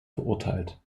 verurteilt